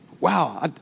wow